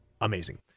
amazing